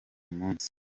munsi